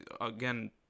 again